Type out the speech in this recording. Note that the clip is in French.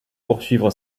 poursuivre